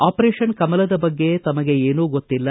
operation ಕಮಲದ ಬಗ್ಗೆ ತಮಗೆ ಏನೂ ಗೊತ್ತಿಲ್ಲ